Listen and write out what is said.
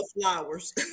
flowers